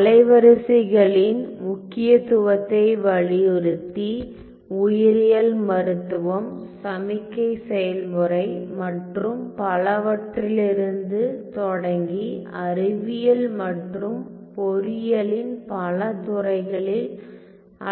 அலைவரிசைகளின் முக்கியத்துவத்தை வலியுறுத்தி உயிரியல் மருத்துவம் சமிக்கை செயல்முறை மற்றும் பலவற்றிலிருந்து தொடங்கி அறிவியல் மற்றும் பொறியியலின் பல துறைகளில்